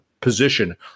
position